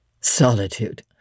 Solitude